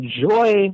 enjoy